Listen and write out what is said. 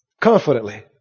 confidently